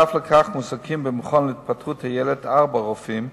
נוסף על כך מועסקים במכון להתפתחות הילד ארבעה רופאים,